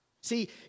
See